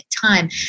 time